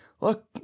Look